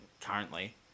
currently